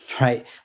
right